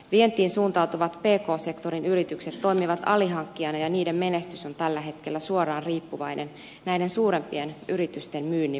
vientiin suuntautuvat pk sektorin yritykset toimivat alihankkijoina ja niiden menestys on tällä hetkellä suoraan riippuvainen näiden suurempien yritysten myynnin volyymista